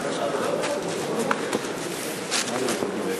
אדוני היושב-ראש,